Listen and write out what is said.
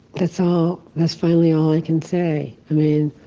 that's all. that's finally all i can say. i mean,